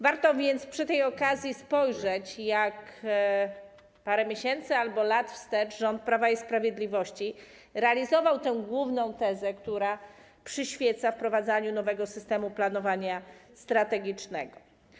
Warto więc przy tej okazji spojrzeć, jak parę miesięcy albo lat wstecz rząd Prawa i Sprawiedliwości realizował tę główną tezę, która przyświeca wprowadzaniu nowego systemu planowania strategicznego.